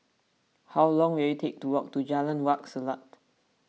how long will it take to walk to Jalan Wak Selat